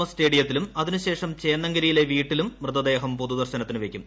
S സ്റ്റേഡിയത്തിലും അതിനുശേഷം ചേന്നങ്കരിയിലെ വീട്ടിലും പൊതുദർശനത്തിനുവയ്ക്കും